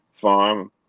farm